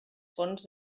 fons